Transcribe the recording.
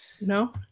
no